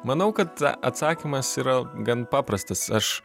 manau kad atsakymas yra gan paprastas aš